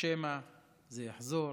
שמא זה יחזור,